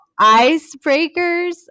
icebreakers